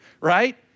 Right